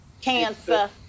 Cancer